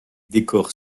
décors